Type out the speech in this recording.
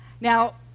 Now